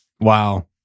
Wow